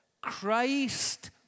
Christ